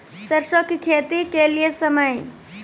सरसों की खेती के लिए समय?